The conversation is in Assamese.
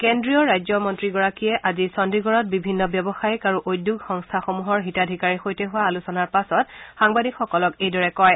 কেন্দ্ৰীয় ৰাজ্যমন্ত্ৰীগৰাকীয়ে আজি চণ্ডিগড়ত বিভিন্ন ব্যৱসায়িক আৰু উদ্যোগ সংস্থাসমূহৰ হিতাধিকাৰীৰ সৈতে হোৱা আলোচনাৰ পাছত সাংবাদিকসকলক এই দৰে কয়